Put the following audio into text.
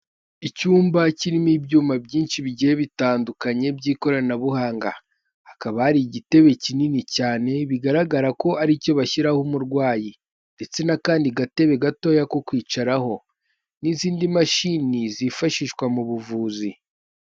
Icyumba kirimo ibyuma byinshi bigiye bitandukanye by'ikoranabuhanga. Hakaba hari igitebe kinini cyane bigaragara ko ari icyo bashyiraho umurwayi ndetse n'akandi gatebe gatoya ko kwicaraho n'izindi mashini zifashishwa mu buvuzi.